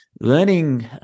Learning